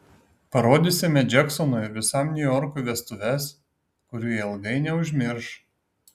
parodysime džeksonui ir visam niujorkui vestuves kurių jie ilgai neužmirš